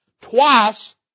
Twice